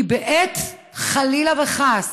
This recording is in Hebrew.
כי בעת, חלילה וחס,